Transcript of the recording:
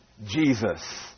jesus